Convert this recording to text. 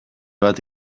bat